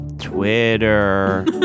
Twitter